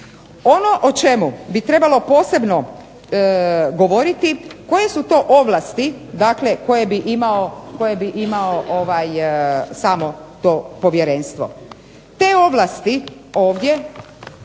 Ono o čemu bi trebalo posebno govoriti koje su to ovlasti dakle koje bi imao samo to povjerenstvo. Te ovlasti ovdje